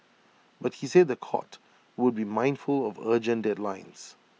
but he said The Court would be mindful of urgent deadlines